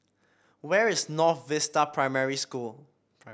where is North Vista Primary School